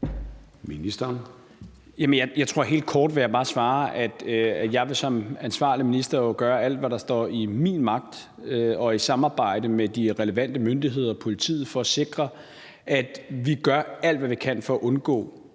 helt kort vil svare, at jeg som ansvarlig minister jo vil gøre alt, hvad der står i min magt – og i samarbejde med de relevante myndigheder og politiet – for at sikre, at vi gør alt, hvad vi kan, for at undgå,